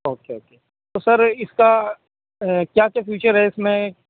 okay okay تو sir اس کا کیا کیا فیچر ہے اس میں